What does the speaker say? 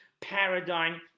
paradigm